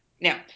Now